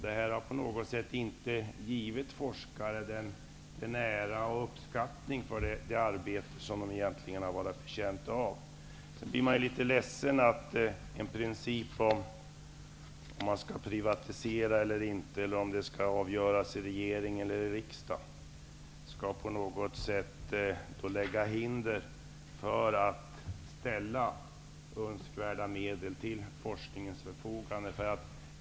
Detta har inte givit forskare den ära och uppskattning för det arbete de gjort som de varit förtjänta av. Sedan blir man litet ledsen av att en principfråga, om man skall privatisera eller inte och om det skall avgöras av regeringen eller riksdagen, skall lägga hinder i vägen för att ställa önskvärda medel till forskningens förfogande.